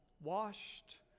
washed